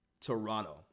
Toronto